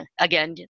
again